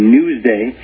Newsday